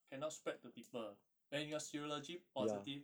cannot spread to people when you're serology positive